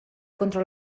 contra